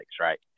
right